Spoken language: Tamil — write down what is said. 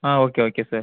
ah okay okay sir